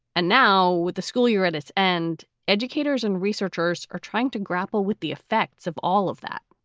and now, with the school year at its end, educators and researchers are trying to grapple with the effects of all of that.